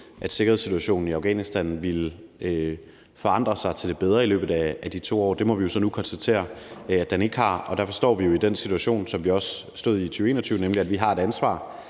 at sikkerhedssituationen i Afghanistan ville forandre sig til det bedre i løbet af de 2 år. Det må vi jo så nu konstatere at den ikke har, og derfor står vi i den situation, som vi også stod i i 2021, nemlig at vi har et ansvar